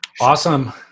Awesome